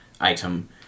item